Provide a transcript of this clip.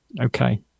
Okay